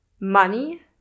money